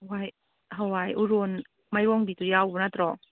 ꯍꯋꯥꯏ ꯍꯋꯥꯏ ꯃꯥꯏꯔꯣꯡꯕꯤꯗꯨ ꯌꯥꯎꯕ ꯅꯠꯇ꯭ꯔꯣ